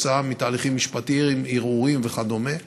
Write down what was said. כתוצאה מתהליכים משפטיים, ערעורים וכדומה,